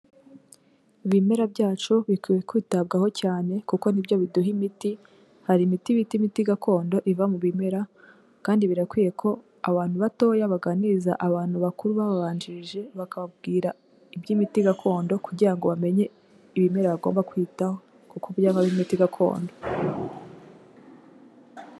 Ibimera byacu bikwiye kwitabwaho cyane kuko nibyo biduha imiti, hari imiti bita imiti gakondo iva mu bimera kandi birakwiye ko abantu batoya baganiriza abantu bakuru bababanjirije bakababwira iby'imiti gakondo kugira ngo bamenye ibimera bagomba kwitaho kuko byavamo imiti gakondo.